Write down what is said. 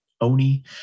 Oni